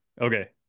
Okay